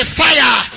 fire